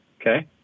Okay